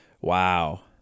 Wow